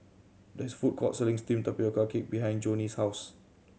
there is a food court selling steamed tapioca cake behind Jonnie's house